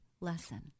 lesson